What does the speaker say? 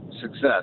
success